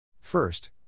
First